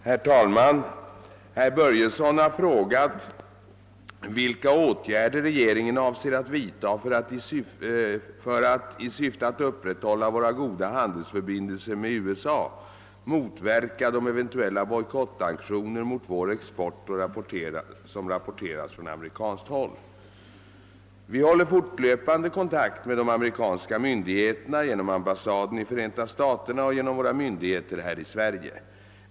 Herr talman! Herr Börjesson i Falköping har frågat vilka åtgärder regeringen avser att vidta för att, i syfte att upprätthålla våra goda handelsförbindelser med USA, motverka de eventuella bojkottaktioner mot vår export som rapporterats från amerikanskt håll. Vi håller fortlöpande kontakt med de amerikanska myndigheterna genom ambassaden i Förenta staterna och genom våra myndigheter här i Sverige.